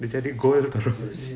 dia jadi go